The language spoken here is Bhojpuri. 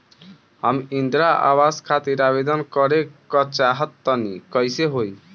हम इंद्रा आवास खातिर आवेदन करे क चाहऽ तनि कइसे होई?